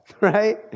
right